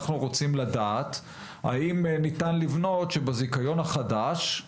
אנחנו רוצים לדעת האם ניתן לבנות שבזיכיון החדש,